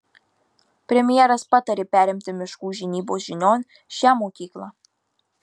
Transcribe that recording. premjeras patarė perimti miškų žinybos žinion šią mokyklą